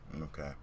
Okay